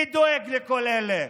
מי דואג לכל אלה?